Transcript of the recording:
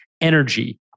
energy